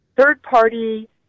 third-party